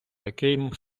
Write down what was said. таким